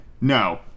No